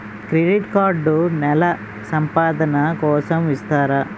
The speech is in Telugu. క్రెడిట్ కార్డ్ నెల సంపాదన కోసం ఇస్తారా?